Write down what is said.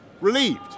relieved